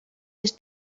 sich